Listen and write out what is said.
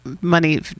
money